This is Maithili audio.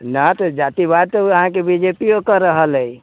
नहि तऽ जातिवाद अहाँके बी जे पी इओ कऽ रहल अइ